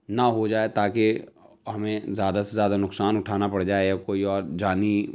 نہ ہو جائے تاکہ ہمیں زیادہ سے زیادہ ںقصان اٹھانا پڑ جائے کوئی اور جانی